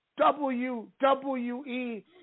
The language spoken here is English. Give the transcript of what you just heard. WWE